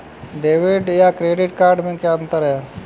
Debit या credit card में क्या अन्तर है?